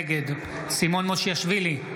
נגד סימון מושיאשוילי,